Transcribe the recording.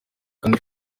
kandi